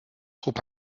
trop